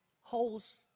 holes